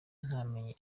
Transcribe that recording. ntamenye